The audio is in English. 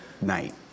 night